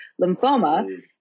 lymphoma